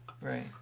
right